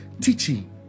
Teaching